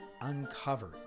Uncovered